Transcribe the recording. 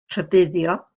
rhybuddio